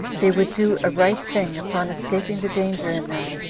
they would do a right thing, upon escaping the danger in them,